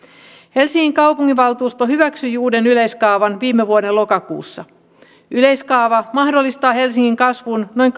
helsingin kaupunginvaltuusto hyväksyi uuden yleiskaavan viime vuoden lokakuussa yleiskaava mahdollistaa helsingin kasvun noin